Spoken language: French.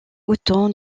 othon